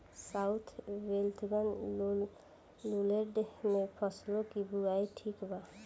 South western lowland में फसलों की बुवाई ठीक बा?